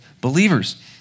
believers